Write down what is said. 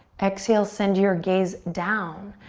exhale, send your gaze down.